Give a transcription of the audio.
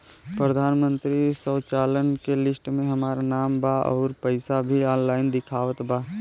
प्रधानमंत्री शौचालय के लिस्ट में हमार नाम बा अउर पैसा भी ऑनलाइन दिखावत बा